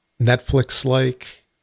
Netflix-like